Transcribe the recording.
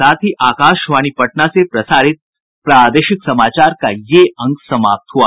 इसके साथ ही आकाशवाणी पटना से प्रसारित प्रादेशिक समाचार का ये अंक समाप्त हुआ